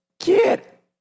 Get